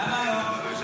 למה לא?